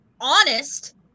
honest